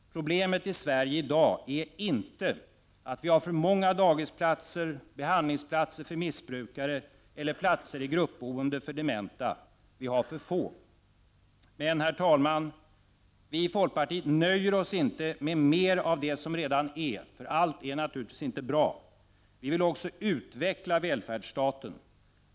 Problemet i Sverige i dag ärinte att vi har för många dagisplatser, behandlingsplatser för missbrukare eller platser i gruppboende för dementa. Vi har för få. Men, herr talman, vi i folkpartiet nöjer oss inte med mer av det som redan är, eftersom allt naturligtvis inte är bra. Vi vill också utveckla välfärdsstaten.